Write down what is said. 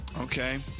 Okay